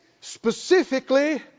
specifically